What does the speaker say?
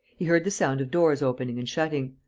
he heard the sound of doors opening and shutting.